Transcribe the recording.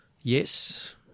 Yes